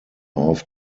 auf